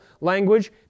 language